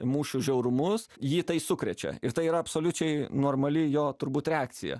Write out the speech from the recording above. mūšių žiaurumus jį tai sukrečia ir tai yra absoliučiai normali jo turbūt reakcija